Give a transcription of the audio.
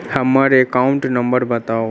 हम्मर account number बताऊ?